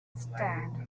stand